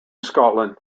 scotland